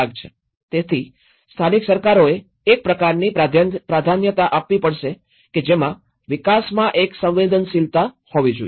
તેથી સ્થાનિક સરકારોએ એક પ્રકારની પ્રાધાન્યતા આપવી પડશે કે જેમાં વિકાસમાં એક સંવેદનશીલતા હોવી જોઈએ